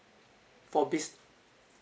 for biz